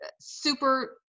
super